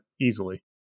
easily